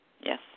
Yes